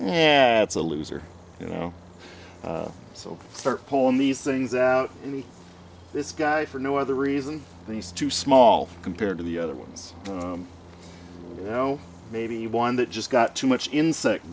yeah it's a loser you know so start pulling these things out and this guy for no other reason these two small compared to the other ones you know maybe one that just got too much insect